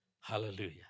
Hallelujah